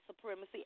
supremacy